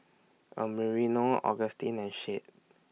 Americo Augustin and Shade